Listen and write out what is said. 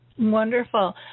Wonderful